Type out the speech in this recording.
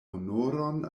honoron